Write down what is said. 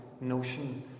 notion